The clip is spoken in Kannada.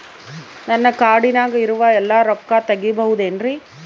ನನ್ನ ಕಾರ್ಡಿನಾಗ ಇರುವ ಎಲ್ಲಾ ರೊಕ್ಕ ತೆಗೆಯಬಹುದು ಏನ್ರಿ?